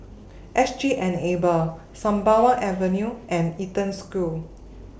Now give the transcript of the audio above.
S G Enable Sembawang Avenue and Eden School